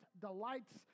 delights